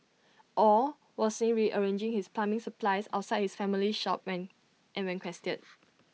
aw was seen rearranging his plumbing supplies outside his family's shop when and when quested